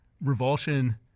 revulsion